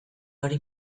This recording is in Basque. hori